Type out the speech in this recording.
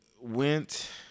went